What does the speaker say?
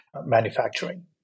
manufacturing